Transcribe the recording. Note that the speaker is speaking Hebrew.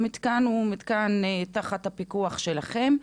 המתקן הוא מתקן תחת הפיקוח שלכם.